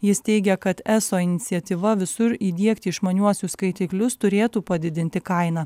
jis teigia kad eso iniciatyva visur įdiegti išmaniuosius skaitiklius turėtų padidinti kainą